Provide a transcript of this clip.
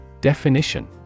Definition